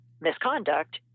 misconduct